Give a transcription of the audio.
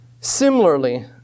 Similarly